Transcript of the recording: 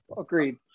Agreed